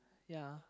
ya